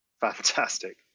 Fantastic